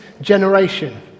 generation